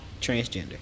transgender